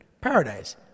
paradise